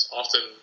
often